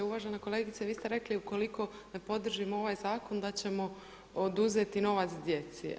Uvažena kolegice, vi ste rekli ukoliko ne podržimo ovaj zakon da ćemo oduzeti novac djeci.